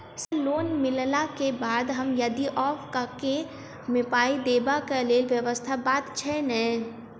Sir loan मिलला केँ बाद हम यदि ऑफक केँ मे पाई देबाक लैल व्यवस्था बात छैय नै?